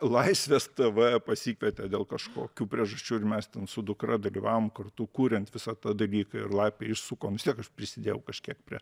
laisvės tv pasikvietė dėl kažkokių priežasčių ir mes ten su dukra dalyvavom kartu kuriant visą tą dalyką ir lapė išsukom vis tiek aš prisidėjau kažkiek prie